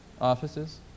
Offices